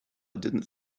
didn’t